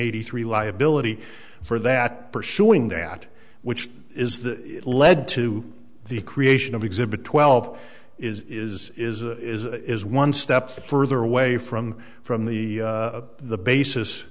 eighty three liability for that pursuing that which is the lead to the creation of exhibit twelve is is is is is one step further away from from the the basis